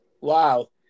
Wow